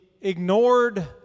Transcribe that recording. ignored